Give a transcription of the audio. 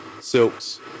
silks